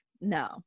no